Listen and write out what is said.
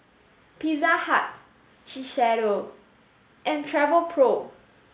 Pizza Hut Shiseido and Travelpro